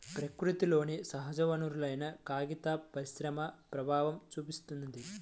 ప్రకృతిలోని సహజవనరులపైన కాగిత పరిశ్రమ ప్రభావం చూపిత్తున్నది